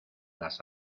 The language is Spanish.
las